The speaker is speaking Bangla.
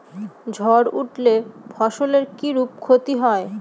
ঝড় উঠলে ফসলের কিরূপ ক্ষতি হয়?